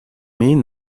mean